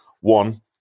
one